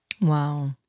Wow